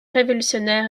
révolutionnaire